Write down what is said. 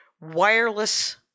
wireless